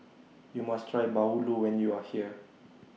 YOU must Try Bahulu when YOU Are here